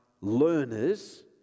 learners